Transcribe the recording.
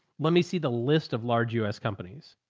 let me see the list of large us companies.